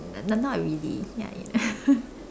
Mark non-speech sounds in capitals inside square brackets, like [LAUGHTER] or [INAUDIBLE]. n~ not really ya [LAUGHS]